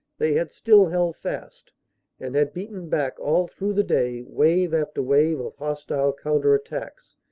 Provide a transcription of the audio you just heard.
they had still held fast and had beaten back all through the day wave after wave of hostile counter-attacks,